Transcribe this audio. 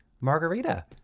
margarita